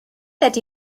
ydy